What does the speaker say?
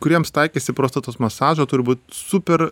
kuriems taikysi prostatos masažą turi būt super